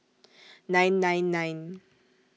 nine nine nine